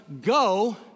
go